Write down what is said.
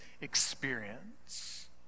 experience